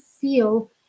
feel